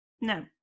No